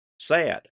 Sad